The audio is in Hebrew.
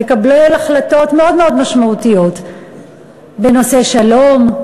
לקבל החלטות מאוד מאוד משמעותיות בנושא שלום,